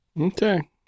Okay